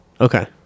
Okay